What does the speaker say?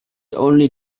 only